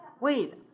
Wait